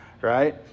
right